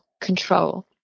control